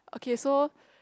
okay so